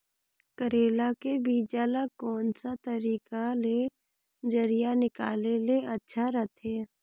करेला के बीजा ला कोन सा तरीका ले जरिया निकाले ले अच्छा रथे?